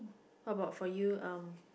how about for you um